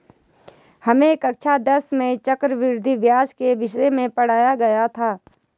हमें कक्षा दस में चक्रवृद्धि ब्याज के विषय में पढ़ाया गया था